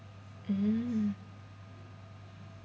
mm